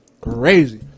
Crazy